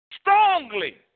strongly